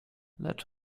lecz